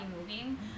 moving